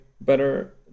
better